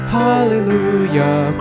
hallelujah